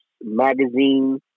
magazines